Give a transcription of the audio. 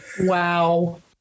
Wow